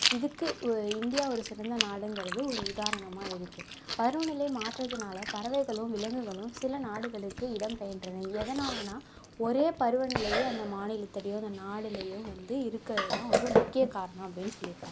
இதுக்கு ஒ இந்தியா ஒரு சிறந்த நாடுங்கிறது ஒரு உதாரணமாக இருக்கு பருவநிலை மாற்றத்துனால் பறவைகளும் விலங்குகளும் சில நாடுகளுக்கு இடம் பெயன்றன எதனாலன்னா ஒரே பருவநிலையே அந்த மாநிலத்துலையோ அந்த நாடுலையோ வந்து இருக்கிறதுதான் ஒரு முக்கியக் காரணம் அப்படின்னு சொல்லியிருக்காங்க